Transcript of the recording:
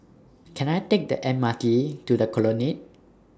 Can I Take The M R T to The Colonnade